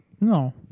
No